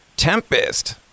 Tempest